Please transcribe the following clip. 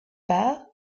par